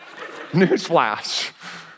newsflash